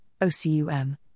OCUM